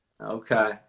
Okay